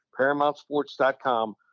ParamountSports.com